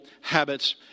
habits